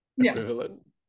equivalent